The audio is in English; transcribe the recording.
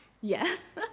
yes